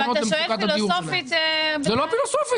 אבל אתה שואל פילוסופית --- זה לא פילוסופית.